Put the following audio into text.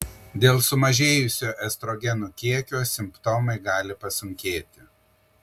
dėl sumažėjusio estrogenų kiekio simptomai gali pasunkėti